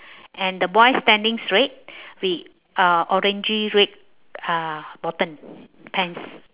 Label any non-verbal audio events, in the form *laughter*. and the boy standing straight *breath* with uh orangey red uh bottom pants